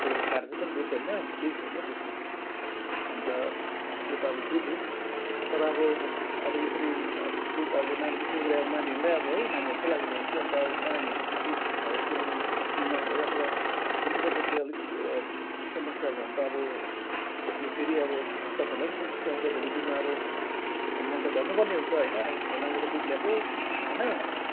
कोही बेला फाट्छ पनि दुध होइन केही छैन त्यसमा अन्त त्यो ता अब बुझेँ तर अब अब यसरी दुध अब विशेष गरी अब नानीहरूलाई है नानीहरूको लागि ल्याइदिन्छु नानीहरू यसरी दुध खाएर यसरी बिमार भयो अथवा कुनै प्रकारको अलिक समस्या भयो भने त अब फेरि अब तपाईँहरूलाई पनि समस्या हुन्छ भोलिको दिनमा अब मैले त भन्नुपर्ने हुन्छ होइन फलनाकोबाट दुध ल्याएको होइन